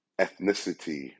ethnicity